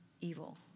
evil